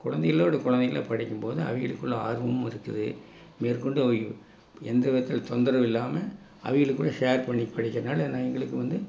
கொழந்தைங்களோடு கொழந்தைங்களா படிக்கும்போது அவங்களுக்குள்ள ஆர்வமும் இருக்குது மேற்கொண்டு எந்த விதத்தில் தொந்தரவு இல்லாமல் அவிகளுக்கூட ஷேர் பண்ணி படிக்கிறதுனால நான் எங்களுக்கு வந்து